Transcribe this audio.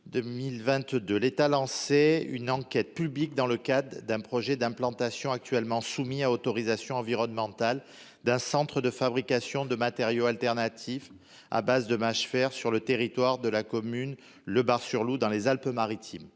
2022, l'État lançait une enquête publique dans le cadre d'un projet d'implantation, actuellement soumis à autorisation environnementale, d'un centre de fabrication de matériaux alternatifs à base de mâchefers, sur le territoire de la commune du Bar-sur-Loup dans les Alpes-Maritimes.